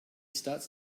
starts